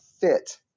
fit